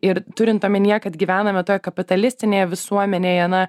ir turint omenyje kad gyvename toj kapitalistinėje visuomenėje na